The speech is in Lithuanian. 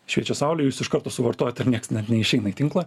šviečia saulė jūs iš karto suvartojat ir nieks net neišeina į tinklą